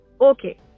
Okay